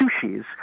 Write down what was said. Sushis